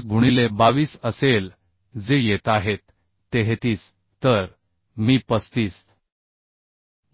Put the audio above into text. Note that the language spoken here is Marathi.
5 गुणिले 22 असेल जे येत आहेत 33 तर मी 35